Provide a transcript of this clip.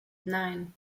nein